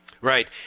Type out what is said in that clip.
Right